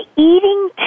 Eating